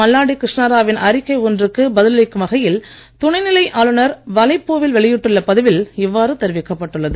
மல்லாடி கிருஷ்ணாரா வின் அறிக்கை ஒன்றுக்கு பதில் அளிக்கும் வகையில் துணைநிலை ஆளுனர் வலைப்பூ வில் வெளியிட்டுள்ள பதிவில் இவ்வாறு தெரிவிக்கப் பட்டுள்ளது